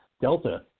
Delta